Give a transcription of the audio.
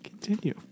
Continue